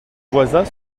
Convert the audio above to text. voisins